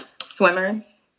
swimmers